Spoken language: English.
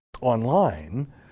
online